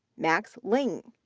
max lin,